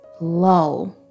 low